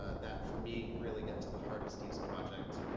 ah that for me really get to the heart of steve's project.